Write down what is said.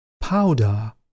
Powder